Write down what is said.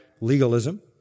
legalism